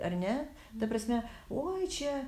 ar ne ta prasme oi čia